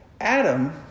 Adam